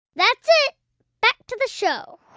that's it back to the show